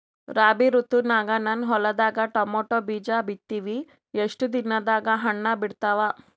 ರಾಬಿ ಋತುನಾಗ ನನ್ನ ಹೊಲದಾಗ ಟೊಮೇಟೊ ಬೀಜ ಬಿತ್ತಿವಿ, ಎಷ್ಟು ದಿನದಾಗ ಹಣ್ಣ ಬಿಡ್ತಾವ?